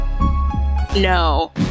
no